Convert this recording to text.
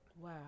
Wow